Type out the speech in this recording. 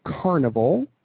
carnival